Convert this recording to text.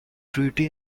treaty